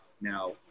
Now